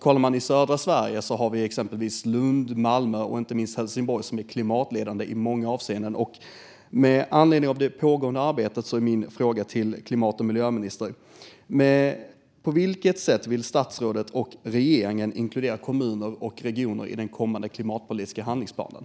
Kollar man i södra Sverige är Lund, Malmö och inte minst Helsingborg klimatledande i många avseenden. Med anledning av det pågående arbetet är min fråga till klimat och miljöministern: På vilket sätt vill statsrådet och regeringen inkludera kommuner och regioner i den kommande klimatpolitiska handlingsplanen?